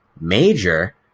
major